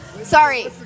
Sorry